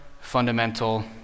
fundamental